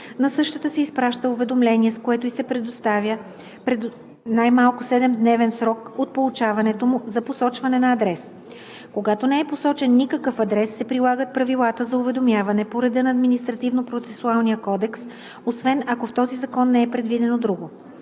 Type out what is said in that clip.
на същата се изпраща уведомление, с което ѝ се предоставя най-малко 7-дневен срок от получаването му за посочване на адрес. Когато не е посочен никакъв адрес, се прилагат правилата за уведомяване по реда на Административнопроцесуалния кодекс, освен ако в този закон не е предвидено друго.